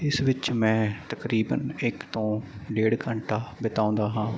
ਇਸ ਵਿੱਚ ਮੈਂ ਤਕਰੀਬਨ ਇੱਕ ਤੋਂ ਡੇਢ ਘੰਟਾ ਬਿਤਾਉਂਦਾ ਹਾਂ